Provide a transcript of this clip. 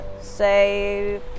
say